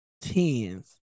tens